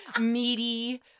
meaty